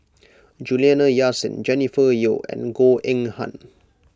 Juliana Yasin Jennifer Yeo and Goh Eng Han